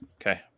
Okay